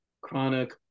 chronic